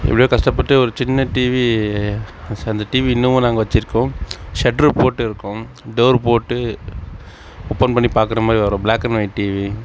எப்படியோ கஷ்டப்பட்டு ஒரு சின்ன டிவி அந்த டிவி இன்னுமும் நாங்கள் வெச்சிருக்கோம் ஷெட்ரு போட்டு இருக்கும் டோரு போட்டு ஓப்பன் பண்ணி பார்க்கற மாதிரி வரும் பிளாக் அண்ட் ஒயிட் டிவி